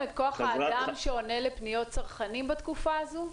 את כוח האדם שעונה לפניות צרכנים בתקופה הזאת?